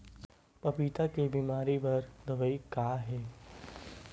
पपीता के बीमारी बर दवाई का हे?